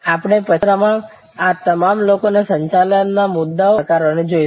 આપણે પછીના સત્રમાં આ તમામ લોકોના સંચાલનના મુદ્દાઓ અને સેવા ઉદ્યોગમાંના ચોક્કસ પડકારોને જોઈશું